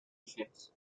ligeros